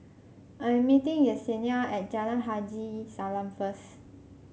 I am meeting Yesenia at Jalan Haji Salam first